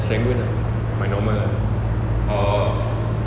serangoon ah my normal ah